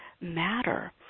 matter